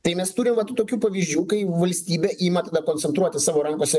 tai mes turim vat tokių pavyzdžių kai valstybė ima tada koncentruoti savo rankose